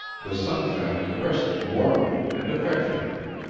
the sunshine caressed it warmly and affectionately,